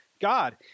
God